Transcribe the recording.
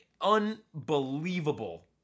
unbelievable